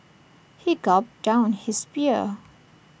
he gulped down his beer